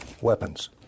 weapons